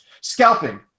scalping